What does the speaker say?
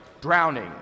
drowning